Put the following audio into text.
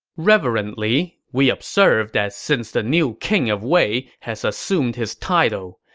reverently we observe that since the new king of wei has assumed his title,